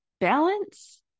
Balance